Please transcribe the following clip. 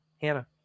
Hannah